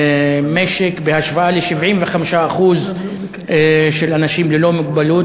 בהשוואה ל-75% של אנשים ללא מוגבלות.